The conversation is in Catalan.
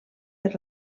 per